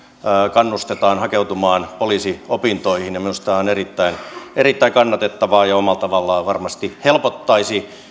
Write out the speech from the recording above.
kannustetaan hakeutumaan poliisiopintoihin minusta se on erittäin erittäin kannatettavaa ja omalla tavallaan varmasti helpottaisi